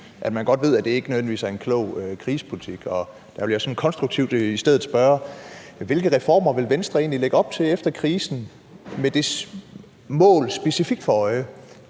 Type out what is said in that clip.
at man godt ved, at det ikke nødvendigvis er en klog krisepolitik. Så jeg vil i stedet konstruktivt spørge: Hvilke reformer vil Venstre egentlig lægge op til efter krisen med det mål specifikt for øje,